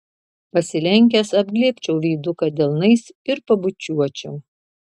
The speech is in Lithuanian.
pasilenkęs apglėbčiau veiduką delnais ir pabučiuočiau